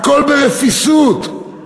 הכול ברפיסות,